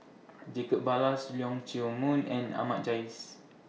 Jacob Ballas Leong Chee Mun and Ahmad Jais